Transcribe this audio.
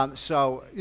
um so,